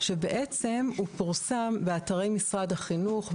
שבעצם הוא פורסם באתרי משרד החינוך,